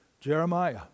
Jeremiah